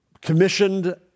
commissioned